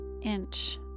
inch